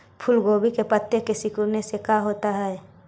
फूल गोभी के पत्ते के सिकुड़ने से का होता है?